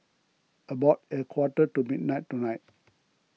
about a quarter to midnight tonight